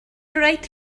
reit